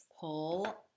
pull